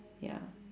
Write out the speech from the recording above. ya